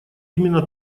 именно